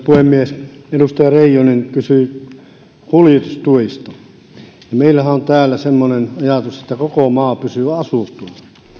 puhemies edustaja reijonen kysyi kuljetustuista meillähän on täällä semmoinen ajatus että koko maa pysyy asuttuna